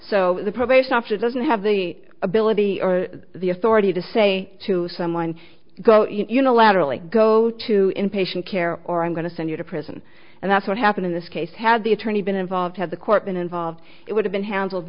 so the probation officer doesn't have the ability or the authority to say to someone go unilaterally go to inpatient care or i'm going to send you to prison and that's what happened in this case had the attorney been involved had the court been involved it would have been handled